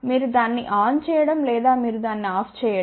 మీరు దాన్ని ఆన్ చేయడం లేదా మీరు దాన్ని ఆఫ్ చేయడం